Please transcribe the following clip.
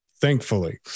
Thankfully